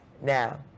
Now